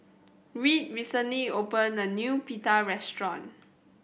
Reed recently opened a new Pita restaurant